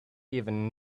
even